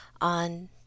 on